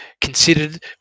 considered